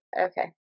okay